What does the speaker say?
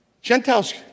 Gentiles